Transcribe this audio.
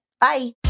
Bye